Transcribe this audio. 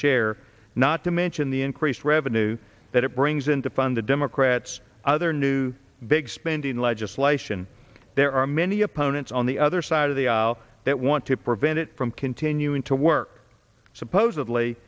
share not to mention the increased revenue that it brings in to fund the democrats other new big spending legislation there are many opponents on the other side of the aisle that want to prevent it from continuing to work supposedly